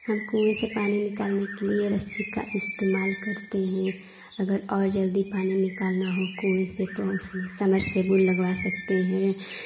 हम कुएँ से पानी निकालने के लिए रस्सी का इस्तेमाल करते हैं अगर और जल्दी पानी निकालना हो कुएँ से तो उसमें सबमर्सिबल लगवा सकते हैं